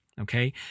okay